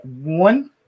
one